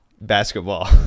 Basketball